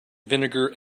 vinegar